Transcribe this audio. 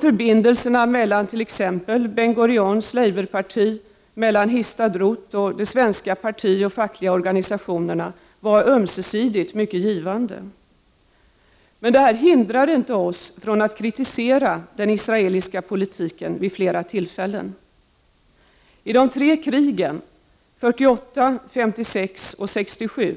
Förbindelserna mellan t.ex. Ben Gurions labourparti, Histadrut och svenska partiorganisationer och fackliga organisationer var ömsesidigt givande. Men detta hindrade oss inte från att kritisera den israeliska politiken vid flera tillfällen. I de tre krigen 1948, 1956 och 1967